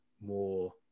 more